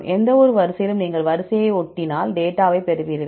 எந்தவொரு வரிசையிலும் நீங்கள் வரிசையை ஒட்டினால் டேட்டாவைப் பெறுவீர்கள்